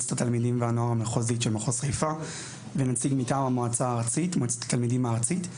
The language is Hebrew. מועצת התלמידים והנוער ש מחוז חיפה ונציג מטעם מועצת התלמידים הארצית.